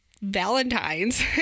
Valentine's